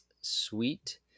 sweet